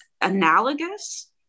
analogous